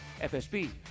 FSB